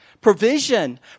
Provision